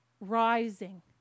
rising